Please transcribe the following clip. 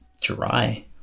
dry